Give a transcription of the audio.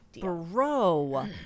Bro